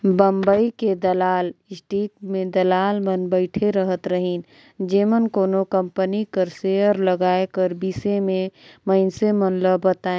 बंबई के दलाल स्टीक में दलाल मन बइठे रहत रहिन जेमन कोनो कंपनी कर सेयर लगाए कर बिसे में मइनसे मन ल बतांए